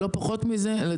לא פחות מזה.